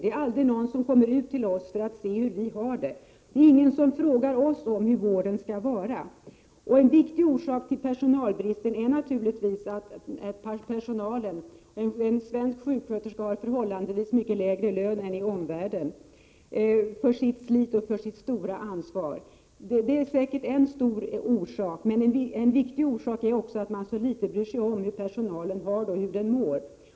Det är aldrig någon som kommer ut till dem för att se hur de har det. Det är ingen som frågar dem om hur vården skall vara. En viktig orsak till personalbristen är naturligtvis att den lön de svenska sjuksköterskorna får för sitt slit och sitt stora ansvar är förhållandevis mycket lägre än i omvärlden. Det är säkert en viktig orsak. En annan viktig orsak är att man bryr sig så litet om hur personalen har det och hur den mår.